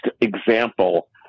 example